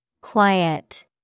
Quiet